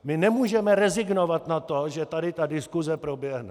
My nemůžeme rezignovat na to, že tady ta diskuse proběhne.